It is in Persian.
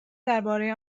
درباره